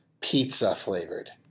pizza-flavored